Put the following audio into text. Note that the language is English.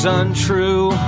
untrue